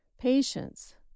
patience